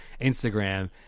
Instagram